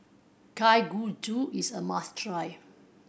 kalguksu is a must try